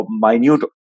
minute